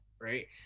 right